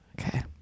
Okay